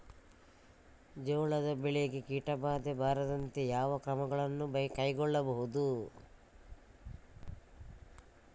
ಜೋಳದ ಬೆಳೆಗೆ ಕೀಟಬಾಧೆ ಬಾರದಂತೆ ಯಾವ ಕ್ರಮಗಳನ್ನು ಕೈಗೊಳ್ಳಬಹುದು?